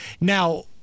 Now